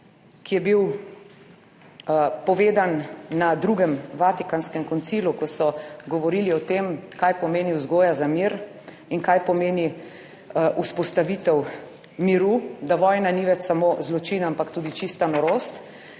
ki je bil povedan na Drugem vatikanskem koncilu, ko so govorili o tem, kaj pomeni vzgoja za mir in kaj pomeni vzpostavitev miru, da vojna ni več samo zločin, ampak tudi čista norost.